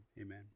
Amen